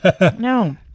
No